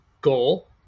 goal